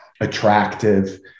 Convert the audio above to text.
attractive